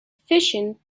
efficient